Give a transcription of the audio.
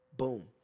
Boom